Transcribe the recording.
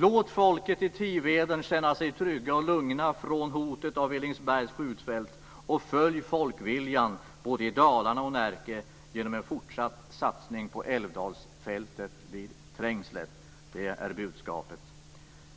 Låt folket i Tiveden känna sig trygga och lugna från hotet av Villingsbergs skjutfält och följ folkviljan både i Dalarna och Närke genom en fortsatt satsning på Älvdalsfältet vid Trängslet! Det är budskapet.